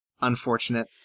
Unfortunate